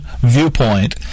viewpoint